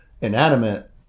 inanimate